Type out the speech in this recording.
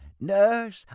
Nurse